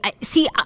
See